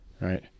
right